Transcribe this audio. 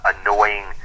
annoying